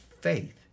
Faith